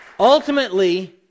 Ultimately